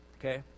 Okay